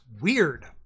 weird